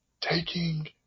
taking